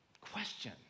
question